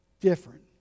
different